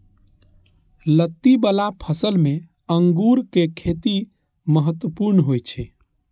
लत्ती बला फसल मे अंगूरक खेती महत्वपूर्ण होइ छै